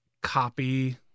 copy